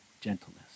gentleness